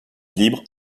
libre